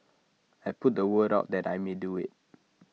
I put the word out that I may do IT